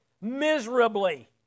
miserably